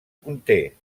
conté